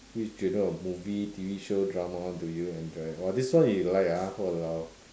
which genre of movie T_V show drama do you enjoy !wah! this one you like ah !walao!